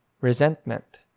resentment